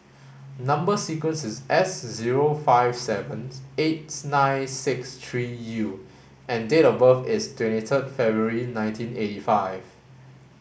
number sequence is S zero five sevens eight nine six three U and date of birth is twenty third February nineteen eighty five